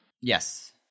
Yes